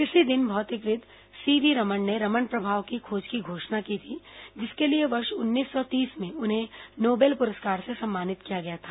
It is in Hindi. इसी दिन भौतिकीविद् सीवी रमण ने रमण प्रभाव की खोज की घोषणा की थी जिसके लिए वर्ष उन्नीस सौ तीस में उन्हें नोबेल पुरस्कार से सम्मानित किया गया था